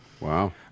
Wow